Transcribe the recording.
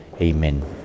amen